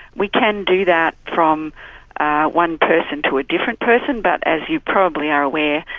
we can do that from one person to a different person but, as you probably are aware,